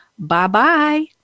Bye-bye